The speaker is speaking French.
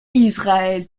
israël